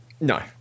No